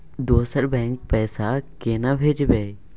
दोसर बैंक पैसा केना भेजबै?